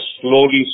slowly